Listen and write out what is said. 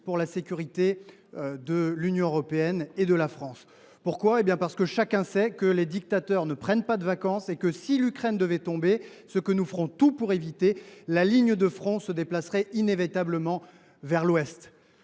pour la sécurité de l’Union européenne et de la France. En effet, chacun sait que les dictateurs ne prennent pas de vacances et que, si l’Ukraine devait tomber – mais nous ferons tout pour l’éviter –, la ligne de front se déplacerait inévitablement vers l’ouest.